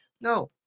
no